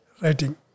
writing